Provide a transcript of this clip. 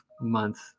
month